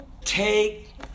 take